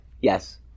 yes